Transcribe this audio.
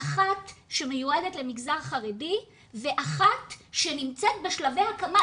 אחת שמיועדת למגזר חרדי ואחת שנמצאת בשלבי הקמה,